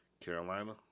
Carolina